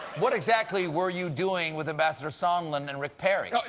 what exactly were you doing with ambassador sondland and rick perry?